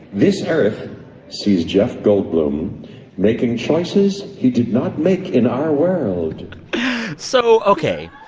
this earth sees jeff goldblum making choices he did not make in our world so ok,